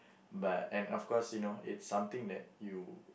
but and of course you know it's something that you